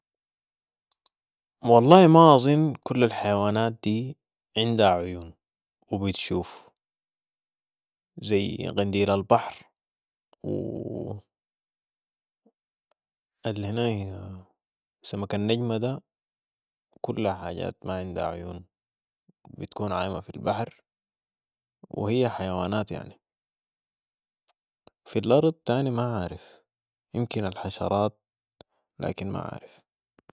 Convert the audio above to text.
والله ما اظن انة كل الحيوانات دي عندها عيون وبتشوف ، زي قنديل البحر و الهناي سمك النجمة ده كلها حاجات ما عندا عيون و بتكون عايمة في البحر و هي حيوانات يعني. في الارض تاني ما عارف امكن الحشرات لكن ما عارف